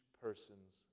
person's